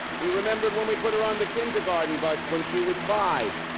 we remembered when we put her on the kindergarten bus when she was five,